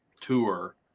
tour